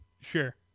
Sure